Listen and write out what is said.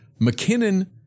McKinnon